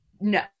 no